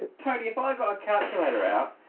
tony, if i've got a calculator out,